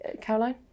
Caroline